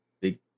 Big